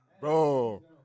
Bro